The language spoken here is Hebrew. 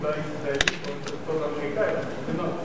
בה ישראלים באוניברסיטאות האמריקניות.